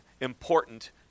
important